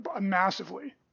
massively